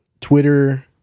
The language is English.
Twitter